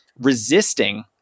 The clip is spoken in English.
resisting